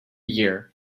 year